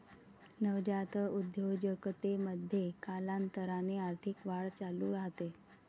नवजात उद्योजकतेमध्ये, कालांतराने आर्थिक वाढ चालू राहते